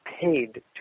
paid